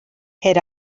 had